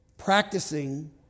Practicing